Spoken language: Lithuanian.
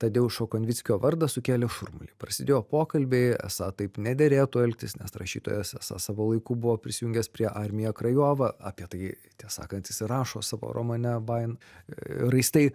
tadeušo konvickio vardą sukėlė šurmulį prasidėjo pokalbiai esą taip nederėtų elgtis nes rašytojas esą savo laiku buvo prisijungęs prie armija krajova apie tai tiesą sakant jis ir rašo savo romane bajan raistai